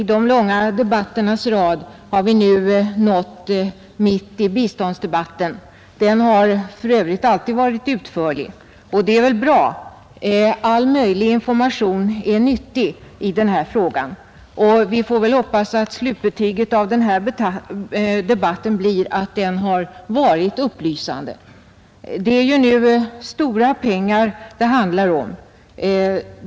Fru talman! I debatternas långa rad är vi nu mitt i biståndsdebatten. Den har för övrigt alltid varit utförlig, och det är väl bra. All möjlig information är nyttig, och vi får väl hoppas att slutbetyget av denna debatt blir att den har varit upplysande. Det är stora pengar det här handlar om.